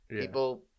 People